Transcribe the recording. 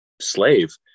slave